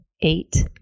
eight